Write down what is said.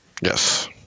Yes